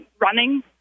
running